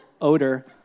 odor